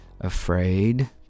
afraid